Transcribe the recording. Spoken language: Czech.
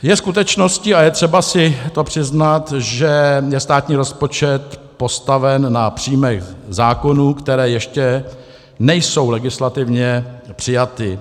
Je skutečností, a je třeba si to přiznat, že je státní rozpočet postaven na příjmech zákonů, které ještě nejsou legislativně přijaty.